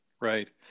Right